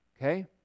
Okay